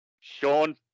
Sean